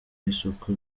isuku